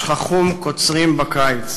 אשר שכחום קוצרים קיץ".